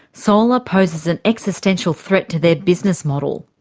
solar poses an existential threat to their business model.